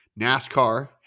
NASCAR